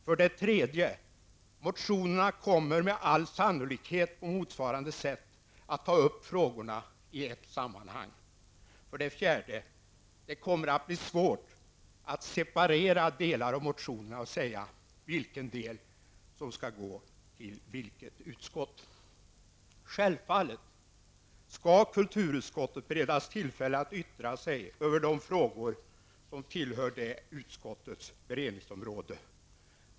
För det tredje: I motionerna kommer frågorna med all sannolikhet att på motsvarande sätt tas upp i ett sammanhang. För det fjärde: Det kommer att bli svårt att separera delar av motionerna och säga vilken del som skall gå till ett visst utskott. Självfallet skall kulturutskottet beredas tillfälle att yttra sig i de frågor som tillhör utskottets beredningsområde.